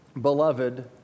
beloved